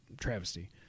travesty